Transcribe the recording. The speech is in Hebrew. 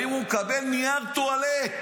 האם הוא מקבל נייר טואלט.